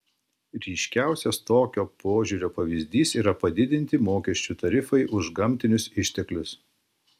ryškiausias tokio požiūrio pavyzdys yra padidinti mokesčių tarifai už gamtinius išteklius